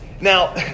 Now